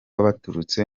baturutse